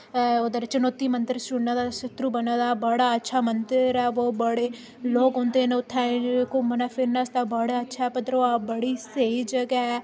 उद्धर चनौती मंदर सुन्ने दा छत्तर बने दा बड़ा अच्छा मंदर ऐ ब बड़े लोक औंदे न उत्थें घूमने फिरने आस्तै बड़ा अच्छा ऐ भद्रवाह बड़ी स्हेई जगह् ऐ